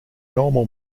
normal